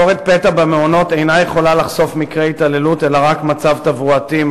ביקורת פתע במעונות אינה יכולה לחשוף מקרי התעללות אלא רק מצב תברואתי,